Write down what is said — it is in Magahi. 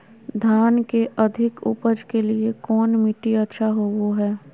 धान के अधिक उपज के लिऐ कौन मट्टी अच्छा होबो है?